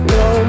no